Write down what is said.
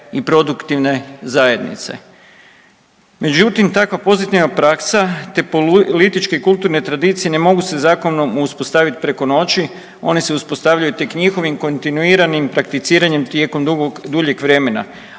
i produktivne zajednice. Međutim, takva pozitivna praksa, te političke i kulturne tradicije ne mogu se zakonom uspostavit preko noći, one se uspostavljaju tek njihovim kontinuiranim takticiranjem tijekom duljeg vremena,